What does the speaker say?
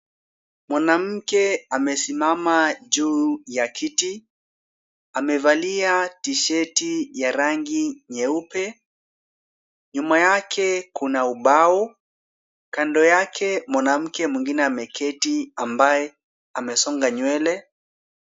Mwanamke amesimama juu ya kiti. Amevalia tisheti ya rangi nyeupe. Nyuma yake kuna ubao. Kando yake mwanamke mwingine ameketi ambaye amesonga nywele.